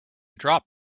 drop